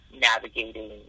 navigating